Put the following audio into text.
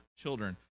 children